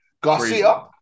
Garcia